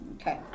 Okay